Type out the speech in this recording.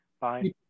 Bye